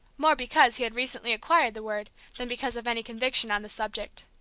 more because he had recently acquired the word than because of any conviction on the subject.